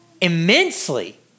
immensely